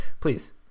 please